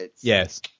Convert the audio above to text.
Yes